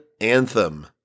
Anthem